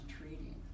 treating